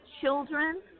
children